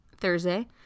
Thursday